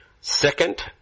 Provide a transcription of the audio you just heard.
Second